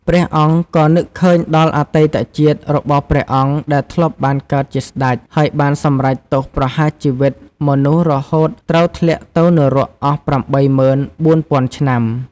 ព្រះអង្គក៏នឹកឃើញដល់អតីតជាតិរបស់ព្រះអង្គដែលធ្លាប់បានកើតជាស្តេចហើយបានសម្រេចទោសប្រហារជីវិតមនុស្ស រហូតត្រូវធ្លាក់ទៅ នរកអស់ ៨ ម៉ឺន ៤ ពាន់ឆ្នាំ។